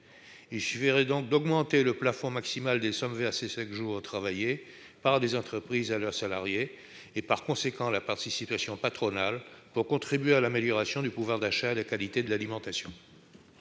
Il suffirait d'augmenter le plafond maximal des sommes versées chaque jour travaillé par les entreprises à leurs salariés, et par conséquent la participation patronale, pour contribuer à l'amélioration du pouvoir d'achat et la qualité de l'alimentation.